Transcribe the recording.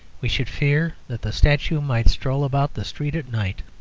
we should fear that the statue might stroll about the street at night.